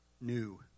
new